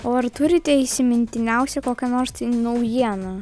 o ar turite įsimintiniausią kokia nors tai naujieną